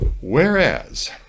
whereas